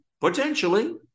Potentially